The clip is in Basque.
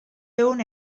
ehun